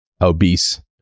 Obese